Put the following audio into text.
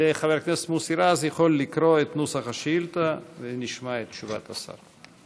חבר הכנסת מוסי רז יכול לקרוא את נוסח השאילתה ונשמע את תשובת השר.